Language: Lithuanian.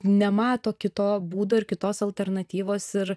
nemato kito būdo ir kitos alternatyvos ir